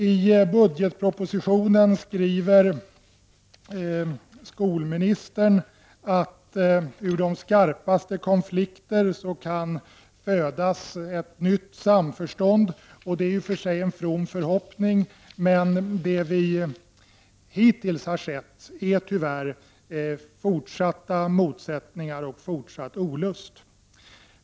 I budgetpropositionen skriver skolministern att ur de skarpaste konflikter kan födas ett nytt samförstånd. Det är i och för sig en from förhoppning, men det vi hittills har sett är tyvärr fortsatta motsättningar och fortsatt olust.